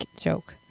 joke